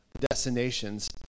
destinations